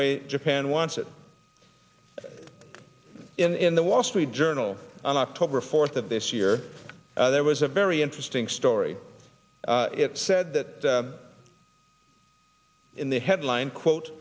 way japan wants it in the wall street journal on october fourth of this year there was a very interesting story it said that in the headline quote